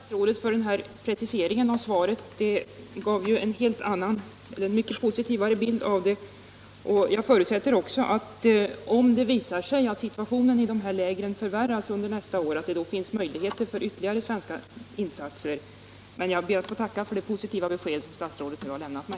Herr talman! Jag ber att få tacka statsrådet för denna precisering av svaret, som innebär ett klart positvt besked om nya svenska insatser och därmed en förbättring av flyktingarnas situation. Jag förutsätter också att om det visar sig att situationen i dessa läger förvärras under nästa år kommer det att finnas möjligheter för ytterligare svenska insatser, men jag ber att få tacka för det positiva besked som statsrådet nu har lämnat mig.